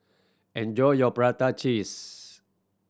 enjoy your prata cheese